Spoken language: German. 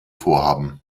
vorhaben